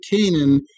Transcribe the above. Canaan